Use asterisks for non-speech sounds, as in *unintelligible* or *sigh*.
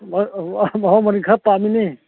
*unintelligible*